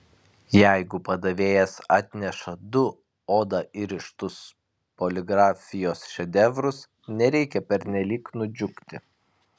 jeigu padavėjas atneša du oda įrištus poligrafijos šedevrus nereikia pernelyg nudžiugti